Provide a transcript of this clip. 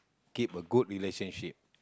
keep a good relationship